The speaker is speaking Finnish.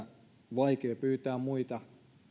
vaikea pyytää muita